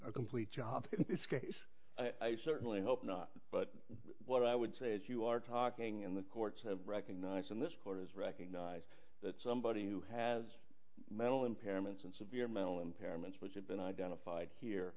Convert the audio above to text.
a complete job in this case i certainly hope not but what i would say is you are talking and the courts have recognized and this court has recognized that somebody who has mental impairments and severe mental impairments which have been identified here